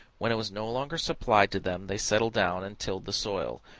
when it was no longer supplied to them they settled down and tilled the soil,